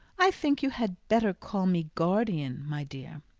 i think you had better call me guardian, my dear.